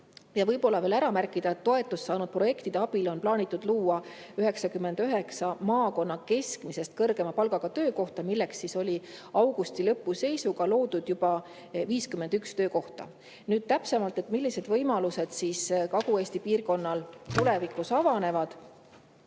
võib-olla veel ära märkida, et toetust saanud projektide abil on plaanitud luua 99 maakonna keskmisest kõrgema palgaga töökohta, millest oli augusti lõpu seisuga loodud juba 51 töökohta. Täpsemalt, millised võimalused Kagu-Eesti piirkonnale tulevikus avanevad.